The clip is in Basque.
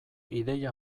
ideia